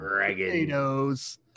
potatoes